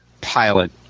pilot